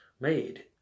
made